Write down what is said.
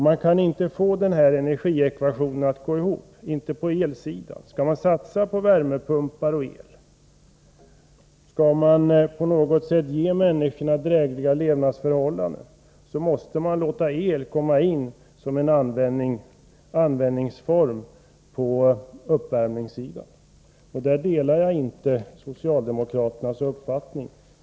Det går inte att få den här energiekvationen att gå ihop beträffande elkraften. Om man skall satsa på värmepumpar och el, om man på något sätt skall ge människor drägliga levnadsförhållanden, måste man låta el användas till uppvärmning. I den frågan delar jag inte socialdemokraternas uppfattning.